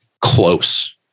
close